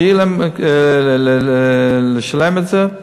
שיהיה להם לשלם את זה?